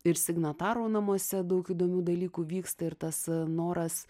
ir signatarų namuose daug įdomių dalykų vyksta ir tas noras